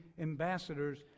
ambassadors